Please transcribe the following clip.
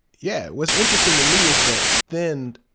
yeah, what's interesting to me is that thind,